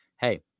Hey